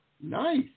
Nice